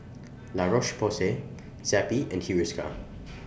La Roche Porsay Zappy and Hiruscar